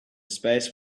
space